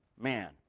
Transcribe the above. man